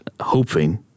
hoping